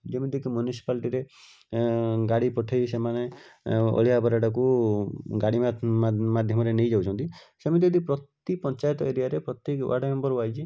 ଯେମିତିକି ମୁନିସିପାଲିଟିରେ ଗାଡ଼ି ପଠେଇ ସେମାନେ ଅଳିଆ ଆବେରାଡ଼ାକୁ ଗାଡ଼ି ମାଧ୍ୟମରେ ନେଇଯାଉଛନ୍ତି ସେମିତି ଯଦି ପ୍ରତି ପଞ୍ଚାୟତ ଏରିଆରେ ପ୍ରତି ୱାର୍ଡ଼ମେମ୍ବର ୱାଇଜ୍